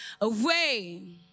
away